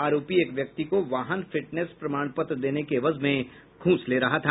आरोपी एक व्यक्ति को वाहन फिटनेस प्रमाण पत्र देने के एवज में घूस ले रहा था